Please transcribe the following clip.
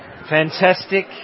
Fantastic